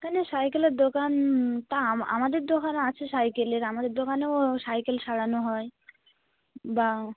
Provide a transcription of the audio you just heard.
এখানে সাইকেলের দোকান তা আমাদের দোকানে আছে সাইকেলের আমাদের দোকানেও সাইকেল সারানো হয় বা